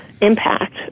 impact